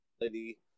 lady